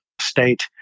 state